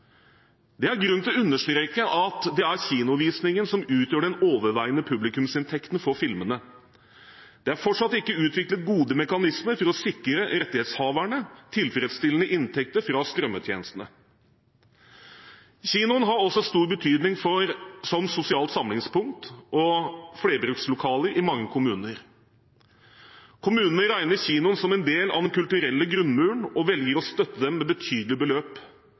Det er grunn til å understreke at det er kinovisningen som utgjør den overveiende publikumsinntekten for filmene. Det er fortsatt ikke utviklet gode mekanismer for å sikre rettighetshaverne tilfredsstillende inntekter fra strømmetjenestene. Kinoen har også stor betydning som sosialt samlingspunkt og flerbrukslokaler i mange kommuner. Kommunene regner kinoene som en del av den kulturelle grunnmuren og velger å støtte dem med betydelige beløp,